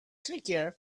trickier